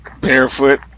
Barefoot